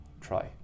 try